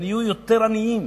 הם נהיו יותר עניים,